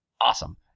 awesome